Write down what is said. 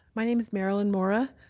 my name is marilyn mora.